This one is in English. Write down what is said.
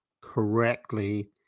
correctly